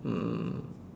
um